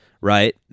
right